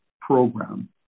program